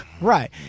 Right